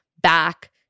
back